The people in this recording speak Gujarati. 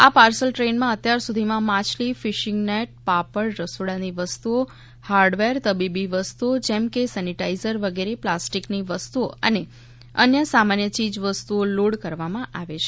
આ પાર્સલ ટ્રેનમાં અત્યાર સુધીમાં માછલી ફિશિંગ નેટ પાપડ રસોડાની વસ્તુઓ હાર્ડવેર તબીબી વસ્તુઓ જેમ કે સેનિટાઈઝર વગેરે પ્લાસ્ટિકની વસ્તુઓ અને અન્ય સામાન્ય ચીજો વસ્તુઓ લોડ કરવામાં આવે છે